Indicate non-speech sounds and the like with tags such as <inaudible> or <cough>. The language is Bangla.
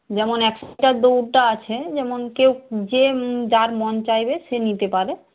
যেমন একশো <unintelligible> দৌড়টা আছে যেমন কেউ যে যার মন চাইবে সে নিতে পারে